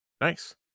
Nice